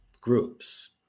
groups